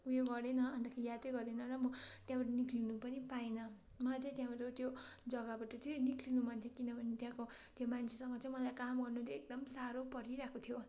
उयो गरे न अन्तखेरि याद गरे न र म त्यहाँबाट निस्कनु पनि पाइनँ मलाई चाहिँ त्यहाँबाट त्यो जगाबाट चाहिँ निस्कनु मन थियो किनभने त्यहाँको त्यो मान्छेसँग चाहिँ मलाई काम गर्नु चाहिँ एकदम साह्रो परिरहेको थियो